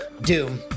Doom